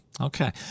Okay